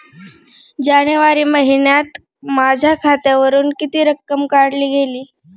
जानेवारी महिन्यात माझ्या खात्यावरुन किती रक्कम काढली गेली?